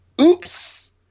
Oops